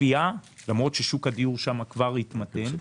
למרות ששוק הדיור שם כבר התמתן,